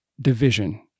division